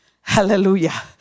Hallelujah